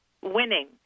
winning